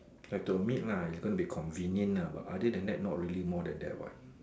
have to admit lah it's going to be convenient lah but other than that not really more than that what